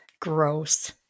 Gross